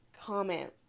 comment